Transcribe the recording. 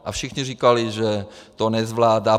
A všichni říkali, že to nezvládá.